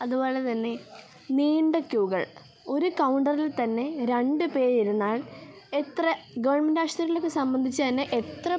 അതുപോലെ തന്നെ നീണ്ട ക്യൂകൾ ഒരു കൗണ്ടറിൽ തന്നെ രണ്ട് പേർ ഇരുന്നാൽ എത്ര ഗവണ്മെൻറ് ആശുപത്രിയിലൊക്കെ സംബന്ധിച്ച് തന്നെ എത്ര